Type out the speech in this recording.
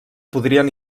podrien